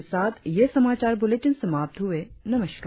इसी के साथ यह समाचार बुलेटिन समाप्त हुआ नमस्कार